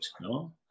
no